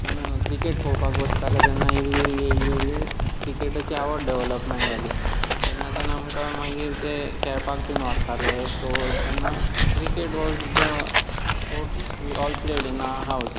जेन्ना क्रिकेट पोळोवपाक बसताले तेन्ना इल्ली इल्ली इल्ली इल्ली क्रिकेटाची आवड डेवलॅप जावंक लागली तेन्नाच्यान आमकां मागीर ते खेळपाक बी व्हरताले सो तेन्ना cricket was the sports all played in our house